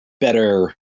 better